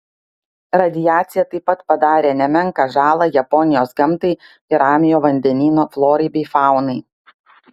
radiacija taip pat padarė nemenką žalą japonijos gamtai ir ramiojo vandenyno florai bei faunai